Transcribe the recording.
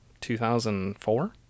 2004